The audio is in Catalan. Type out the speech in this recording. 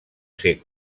ser